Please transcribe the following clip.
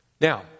Now